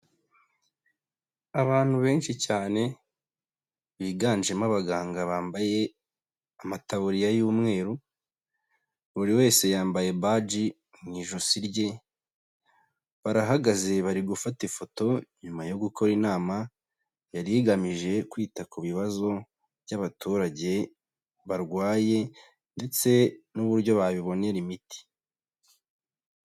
Abantu benshi cyane biganjemo abaganga bambaye amatabuririya y'umweru, buri wese yambaye baji mu ijosi rye barahagaze bari gufata ifoto, nyuma yo gukora inama yari igamije kwita ku bibazo by'abaturage barwaye ndetse n'uburyo babibonera imiti.